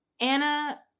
Anna